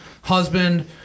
husband